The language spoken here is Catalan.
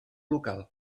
local